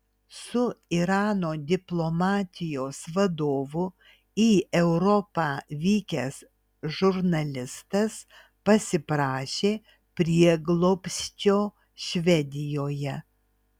su irano diplomatijos vadovu į europą vykęs žurnalistas pasiprašė prieglobsčio švedijoje